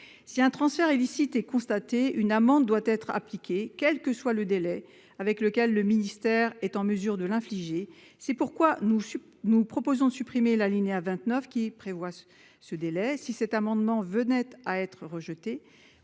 Si un transfert illicite est constaté, une amende doit être appliquée, quel que soit le délai avec lequel le ministère est en mesure de l'infliger. C'est pourquoi nous proposons de supprimer l'alinéa 29. Si cet amendement venait à être rejeté,